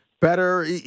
better